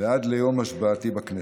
ועד ליום השבעתי בכנסת.